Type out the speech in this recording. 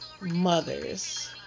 mothers